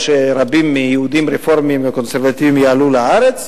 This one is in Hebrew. או שרבים מהיהודים הרפורמים והקונסרבטיבים יעלו לארץ.